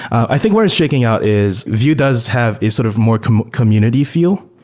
i think what is shaking out is vue does have a sort of more community feel.